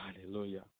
Hallelujah